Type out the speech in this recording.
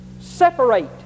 Separate